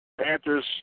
Panthers